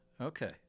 Okay